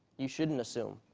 you shouldn't assume.